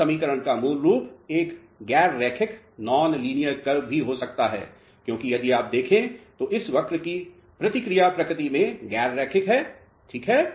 इस समीकरण का मूल रूप एक गैर रैखिक वक्र भी हो सकता है क्योंकि यदि आप देखें तो इस वक्र की प्रतिक्रिया प्रकृति में गैर रैखिक है ठीक है